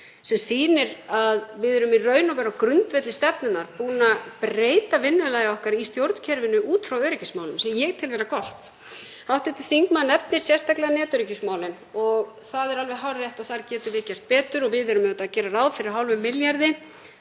sem sýnir að við erum á grundvelli stefnunnar búin að breyta vinnulagi okkar í stjórnkerfinu út frá öryggismálum, sem ég tel vera gott. Hv. þingmaður nefnir sérstaklega netöryggismálin og það er alveg hárrétt að þar getum við gert betur og við gerum ráð fyrir hálfum milljarði